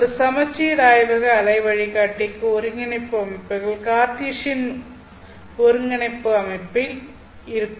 ஒரு சமச்சீர் ஆய்வக அலை வழிகாட்டிக்கு ஒருங்கிணைப்பு அமைப்புகள் கார்ட்டீசியன் ஒருங்கிணைப்பு அமைப்பில் இருக்கும்